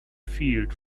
field